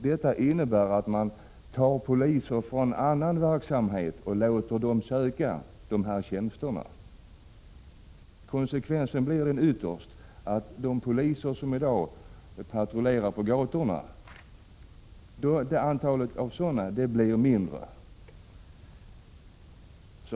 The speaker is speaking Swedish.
Förslaget innebär att man tar poliser från annan verksamhet och låter dem söka dessa tjänster. Konsekvensen blir ytterst att antalet poliser som i dag patrullerar på gatorna blir mindre.